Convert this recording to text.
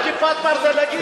על "כיפת ברזל" להגיד,